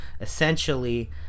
essentially